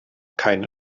keine